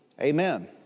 Amen